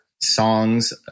songs